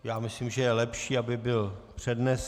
Já myslím, že je lepší, aby byl přednesen.